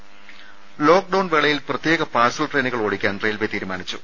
ദേഴ ലോക്ഡൌൺ വേളയിൽ പ്രത്യേക പാർസൽ ട്രെയിനുകൾ ഓടിക്കാൻ റെയിൽവേ തീരുമാനിച്ചു